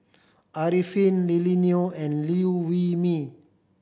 Arifin Lily Neo and Liew Wee Mee